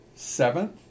Seventh